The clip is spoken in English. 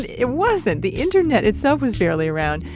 it wasn't. the internet itself was barely around.